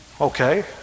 Okay